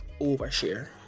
overshare